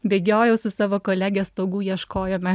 bėgiojau su savo kolege stogų ieškojome